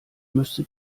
müsste